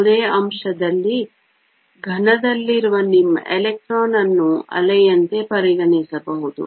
ಯಾವುದೇ ಅಂಶದಲ್ಲಿ ಘನದಲ್ಲಿರುವ ನಿಮ್ಮ ಎಲೆಕ್ಟ್ರಾನ್ ಅನ್ನು ಅಲೆಯಂತೆ ಪರಿಗಣಿಸಬಹುದು